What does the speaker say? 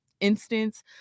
instance